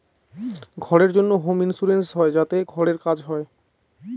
ঘরের জন্য home insurance হয় যাতে ঘরের কাজ হয়